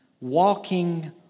walking